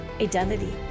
identity